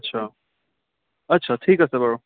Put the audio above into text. আচ্ছা আচ্ছা ঠিক আছে বাৰু